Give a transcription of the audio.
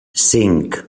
cinc